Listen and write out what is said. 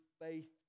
faith